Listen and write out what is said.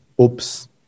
oops